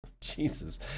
Jesus